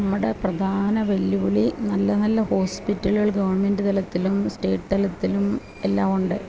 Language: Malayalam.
നമ്മുടെ പ്രധാന വെല്ലുവിളി നല്ല നല്ല ഹോസ്പിറ്റലുകൾ ഗവൺമെൻ്റ് തലത്തിലും സ്റ്റേറ്റ് തലത്തിലും എല്ലാം ഉണ്ട്